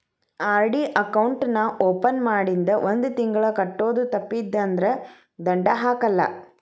RD account ನಾ open ಮಾಡಿಂದ ಒಂದ್ ತಿಂಗಳ ಕಟ್ಟೋದು ತಪ್ಪಿತಂದ್ರ ದಂಡಾ ಹಾಕಲ್ಲ